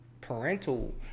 parental